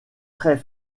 très